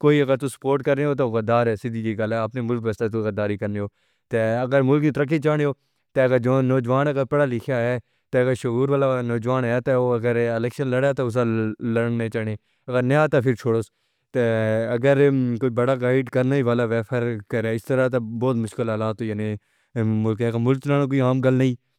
کوئی اگر سپورٹ کر رہے ہو تاوغدار ہے سیدھی سی غلط اپنی ملک بس اتا تو غداری کر ری کنی ہو تے اگر ملک کی ترقی چانڈی ہو تاکہ نوجوان پڑھا لکھا ہے تاکہ شعور والا نوجوان ہے تاکہ وہ اگر الیکشن لڑا تے اُسا لڑنے چڑھے اگر نیا تھا پھر چھوڑو سے تے اگر کوئی بڑا گائیڈ کرنا ہی والا ہے کرے اس طرح تے بہت مشکل حالات یعنی ملک ہے کہ ملک نہ ملک کی عام گل نہیں۔